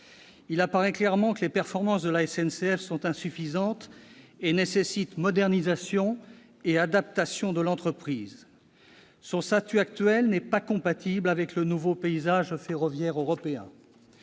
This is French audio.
Il apparaît clairement que les performances de la SNCF sont insuffisantes et nécessitent modernisation et adaptation de l'entreprise. Son statut actuel n'est pas compatible avec le nouveau paysage ferroviaire européen.